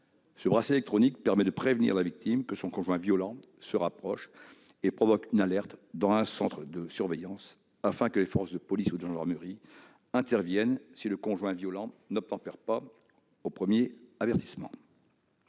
Ce bracelet électronique permet de prévenir la victime que son conjoint violent se rapproche et déclenche une alerte dans un centre de surveillance, afin que les forces de police ou de gendarmerie interviennent si le conjoint violent n'obtempère pas au premier avertissement.